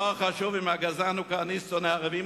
"לא חשוב אם הגזען הוא כהניסט שונא ערבים